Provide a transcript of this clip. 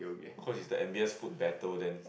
cause it's the M B S food battle then